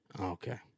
okay